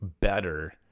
better